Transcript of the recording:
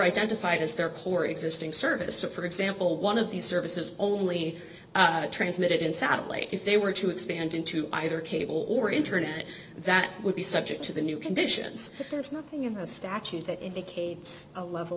identified as their core existing service to for example one of these services only transmitted in satellite if they were to expand into either cable or internet that would be subject to the new conditions there's nothing in the statute that indicates a level